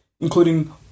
including